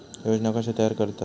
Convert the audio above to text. योजना कशे तयार करतात?